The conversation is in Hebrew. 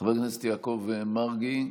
חבר הכנסת יעקב מרגי,